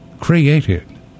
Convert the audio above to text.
created